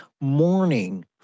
morning